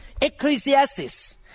Ecclesiastes